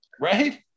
right